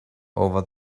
over